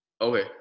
okay